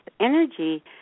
energy